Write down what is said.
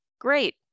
Great